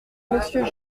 monsieur